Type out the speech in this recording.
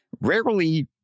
rarely